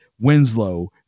Winslow